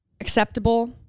acceptable